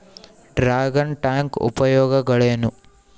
Dragon tank ಉಪಯೋಗಗಳೇನು?